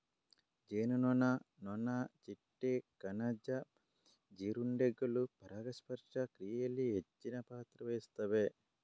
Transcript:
ಜೇನುನೊಣ, ನೊಣ, ಚಿಟ್ಟೆ, ಕಣಜ ಮತ್ತೆ ಜೀರುಂಡೆಗಳು ಪರಾಗಸ್ಪರ್ಶ ಕ್ರಿಯೆನಲ್ಲಿ ಹೆಚ್ಚಿನ ಪಾತ್ರ ವಹಿಸ್ತವೆ